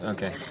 Okay